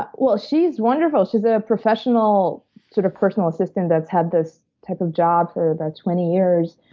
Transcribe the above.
but well, she's wonderful. she's a professional sort of personal assistant that's had this type of job for about twenty years.